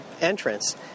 entrance